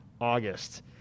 August